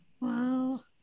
wow